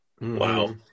Wow